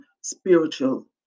spiritual